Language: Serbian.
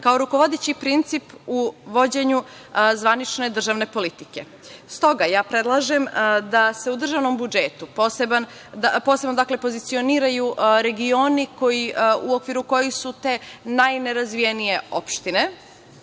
kao rukovodeći princip u vođenju zvanične državne politike. Stoga predlažem da se u državnom budžetu posebno pozicioniraju regioni u okviru kojih su te najnerazvijenije opštine,